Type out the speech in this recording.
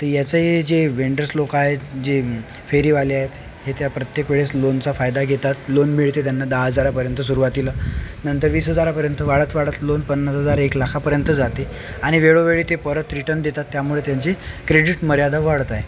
तर याचं हे जे वेंडर्स लोकं आहेत जे फेरीवाले आहेत हे त्या प्रत्येक वेळेस लोनचा फायदा घेतात लोन मिळते त्यांना दहा हजारापर्यंत सुरुवातीला नंतर वीस हजारापर्यंत वाढत वाढत लोन पन्नास हजार एक लाखापर्यंत जाते आणि वेळोवेळी ते परत रिटर्न देतात त्यामुळे त्यांची क्रेडिट मर्यादा वाढत आहे